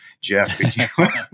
Jeff